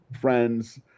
friends